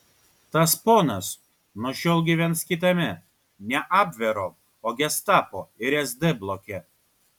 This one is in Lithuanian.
tas ponas nuo šiol gyvens kitame ne abvero o gestapo ir sd bloke